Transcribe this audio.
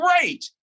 Great